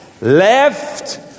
Left